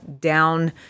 down